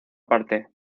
parte